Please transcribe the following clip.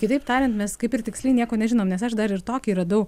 kitaip tariant mes kaip ir tiksliai nieko nežinom nes aš dar ir tokį radau